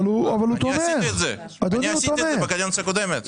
אני עשיתי את זה בקדנציה הקודמת.